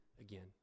again